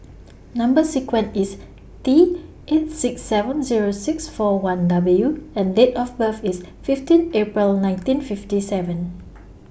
Number sequence IS T eight six seven Zero six four one W and Date of birth IS fifteen April nineteen fifty seven